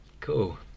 Cool